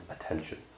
attention